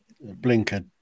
blinker